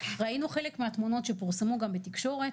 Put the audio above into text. ראינו חלק מהתמונות שפורסמו גם בתקשורת